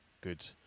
good